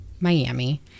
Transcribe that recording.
Miami